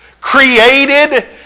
created